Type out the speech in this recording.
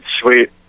Sweet